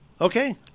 Okay